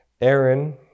Aaron